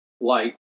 light